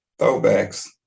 throwbacks